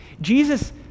Jesus